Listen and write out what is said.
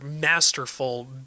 masterful